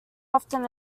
often